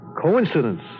coincidence